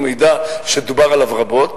הוא מידע שדובר עליו רבות,